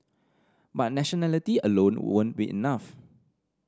but nationality alone won't be enough